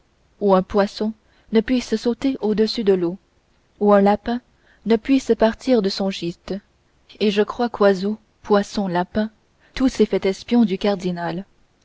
où un poisson ne puisse sauter au-dessus de l'eau où un lapin ne puisse partir de son gîte et je crois qu'oiseau poisson lapin tout s'est fait espion du cardinal